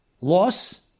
Loss